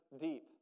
deep